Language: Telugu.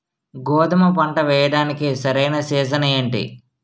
గోధుమపంట వేయడానికి సరైన సీజన్ ఏంటి?